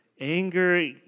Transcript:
Anger